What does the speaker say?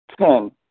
Ten